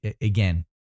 Again